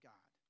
God